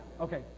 Okay